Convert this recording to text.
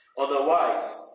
Otherwise